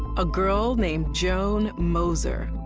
a girl named joan moser,